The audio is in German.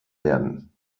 werden